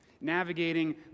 Navigating